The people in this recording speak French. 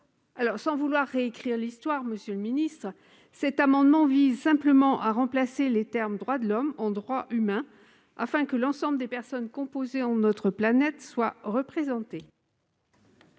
femmes. Sans vouloir réécrire l'histoire, monsieur le ministre, cet amendement vise simplement à remplacer les termes « droits de l'Homme » par ceux de « droits humains », afin que l'ensemble des personnes composant notre planète soient représentées.